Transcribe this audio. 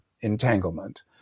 entanglement